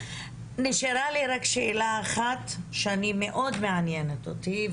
נשארה שאלה אחת שמאוד מעניינת אותי.